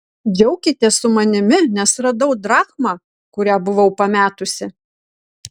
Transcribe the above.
džiaukitės su manimi nes radau drachmą kurią buvau pametusi